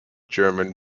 german